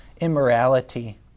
immorality